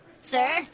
Sir